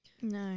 No